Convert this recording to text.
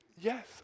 yes